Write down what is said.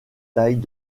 tailles